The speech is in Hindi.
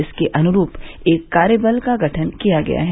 इसके अनुरूप एक कार्यबल का गठन किया गया है